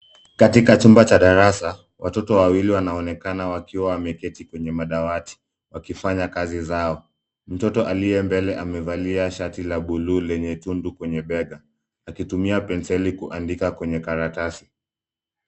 Katika chumba cha darasa. Watoto wawili wnaonekana wakiwa wameketi kwenye madawati wakifanya kazi zao. Mtoto aliye mbele amevalia shati la buluu lenye tundu kwenye bega, akitumia penseli kuandika kwenye karatasi.